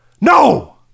No